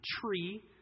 tree